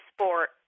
Sport